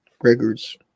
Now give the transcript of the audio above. records